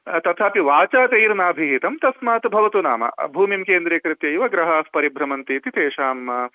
तथापि वाचा तैरभिहितं तस्मात् भवतु नाम भूमिं केन्द्रीकृत्यैव ग्रहाः परिभ्रमन्ति इति तेषाम्